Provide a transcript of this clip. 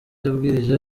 yabwirije